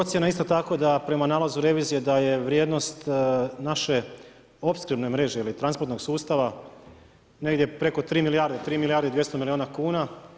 Procjena je isto tako da prema nalazu Revizije da je vrijednost naše opskrbne mreže ili transportnog sustava negdje preko 3 milijarde, 3 milijarde i 200 milijuna kuna.